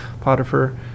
Potiphar